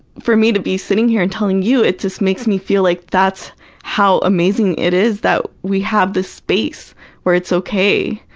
for me to be sitting here and telling you, it just makes me feel like, that's how amazing it is that we have this space where it's okay,